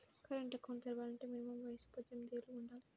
current account తెరవాలంటే minimum వయసు పద్దెనిమిది యేళ్ళు వుండాలి